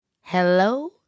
Hello